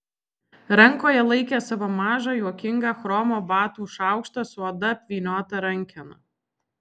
rankoje laikė savo mažą juokingą chromo batų šaukštą su oda apvyniota rankena